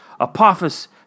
Apophis